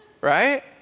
Right